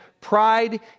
pride